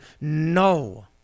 no